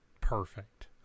perfect